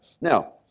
Now